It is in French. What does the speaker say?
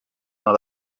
dans